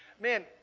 man